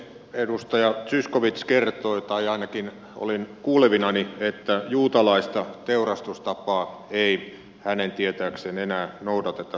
edustaja zyskowicz kertoi tai ainakin olin kuulevinani että juutalaista teurastustapaa ei hänen tietääkseen enää noudateta suomessa